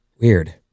Weird